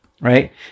Right